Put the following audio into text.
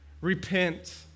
Repent